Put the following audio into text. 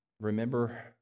remember